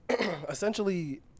essentially